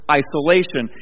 isolation